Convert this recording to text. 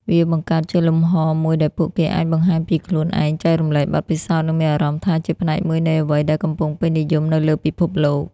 វាបង្កើតជាលំហមួយដែលពួកគេអាចបង្ហាញពីខ្លួនឯង ចែករំលែកបទពិសោធន៍ និងមានអារម្មណ៍ថាជាផ្នែកមួយនៃអ្វីដែលកំពុងពេញនិយមនៅលើពិភពលោក។